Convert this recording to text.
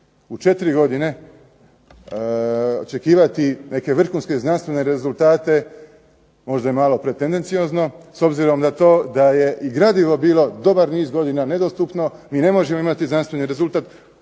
U četiri godine očekivati neke vrhunske znanstvene rezultate možda je malo pretendenciozno, s obzirom na to da je i gradivo bilo dobar niz godina nedostupno. Mi ne možemo imati znanstveni rezultat